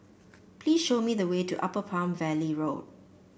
please show me the way to Upper Palm Valley Road